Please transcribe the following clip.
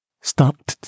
Stop